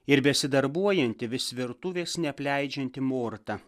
ir besidarbuojanti vis virtuvės neapleidžianti morta